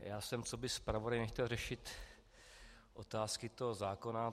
Já jsem coby zpravodaj nechtěl řešit otázky zákona.